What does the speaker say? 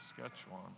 Saskatchewan